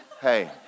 hey